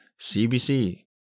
CBC